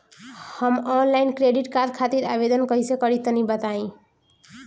हम online credit card खातिर आवेदन कइसे करि तनि बताई?